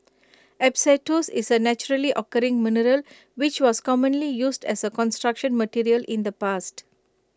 asbestos is A naturally occurring mineral which was commonly used as A Construction Material in the past